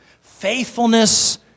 faithfulness